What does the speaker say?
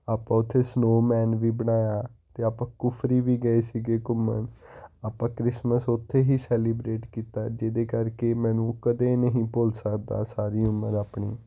ਆਪਾਂ ਉੱਥੇ ਸਨੋਅਮੈਨ ਵੀ ਬਣਾਇਆ ਅਤੇ ਆਪਾਂ ਕੁਫ਼ਰੀ ਵੀ ਗਏ ਸੀਗੇ ਘੁੰਮਣ ਆਪਾਂ ਕ੍ਰਿਸਮਸ ਉੱਥੇ ਹੀ ਸੈਲੀਬ੍ਰੇਟ ਕੀਤਾ ਜਿਹਦੇ ਕਰਕੇ ਮੈਨੂੰ ਕਦੇ ਨਹੀਂ ਭੁੱਲ ਸਕਦਾ ਸਾਰੀ ਉਮਰ ਆਪਣੀ